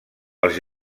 als